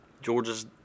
Georgia's